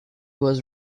was